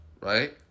right